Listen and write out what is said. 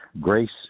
grace